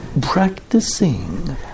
practicing